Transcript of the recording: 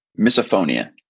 misophonia